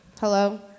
Hello